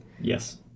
Yes